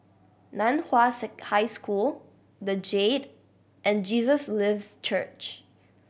Nan Hua High School The Jade and Jesus Lives Church